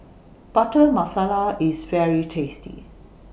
Butter Masala IS very tasty